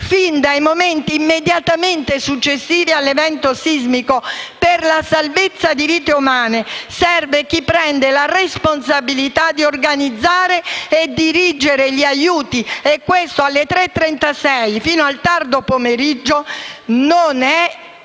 fin dai momenti immediatamente successivi all'evento sismico. Per la salvezza di vite umane serve chi si assume la responsabilità di organizzare e dirigere gli aiuti e questo alle 3,36 del 24 agosto fino al tardo pomeriggio non è avvenuto: